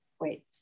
Wait